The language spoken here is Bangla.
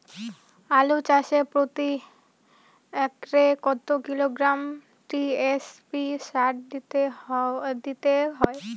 আলু চাষে প্রতি একরে কত কিলোগ্রাম টি.এস.পি সার জমিতে দিতে হয়?